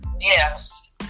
Yes